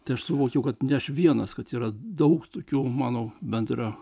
tai aš suvokiau kad ne aš vienas kad yra daug tokių mano bendra